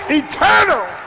eternal